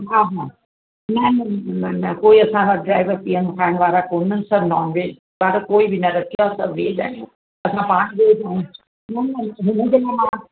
हा हा न न न न कोई असांजा ड्राइवर पीअण खाइण वारा कोन्हनि सभु नॉन वेज वारो त कोई बि न रखियो आहे सभु वेज आहिनि असां पाण वेज आहियूं न न हिनजे मां